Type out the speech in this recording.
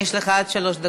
של חברי הכנסת אלי